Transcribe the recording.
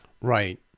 Right